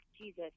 Jesus